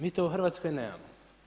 Mi to u Hrvatskoj nemamo.